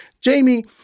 Jamie